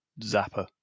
zapper